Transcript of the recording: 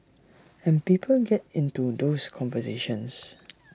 and people get into those conversations